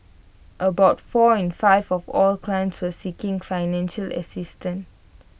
about four in five of all clients were seeking financial assistance